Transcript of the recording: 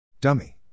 Dummy